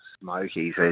Smokies